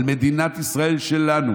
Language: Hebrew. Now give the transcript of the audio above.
על מדינת ישראל שלנו,